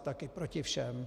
Taky Proti všem.